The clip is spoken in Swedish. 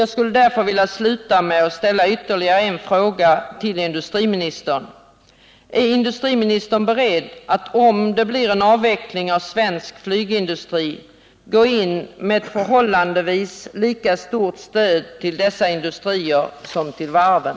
Jag skulle därför vilja sluta med att ställa ytterligare en fråga till industriministern: Är industriministern beredd att, om det blir en avveckling av svensk flygindustri, gå in med förhållandevis lika stort stöd till dessa industrier som till varven?